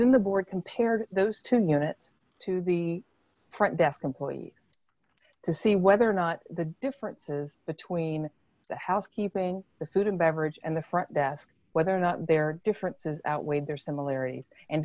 than the board compared those two units to the front desk employees to see whether or not the differences between the housekeeping the food and beverage and the front desk whether or not they are different has outweighed their similarities and